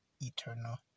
eternal